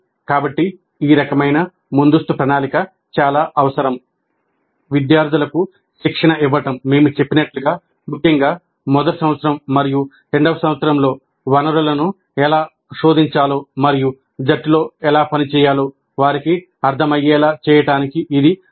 కాబట్టి ఈ రకమైన ముందస్తు ప్రణాళిక చాలా అవసరం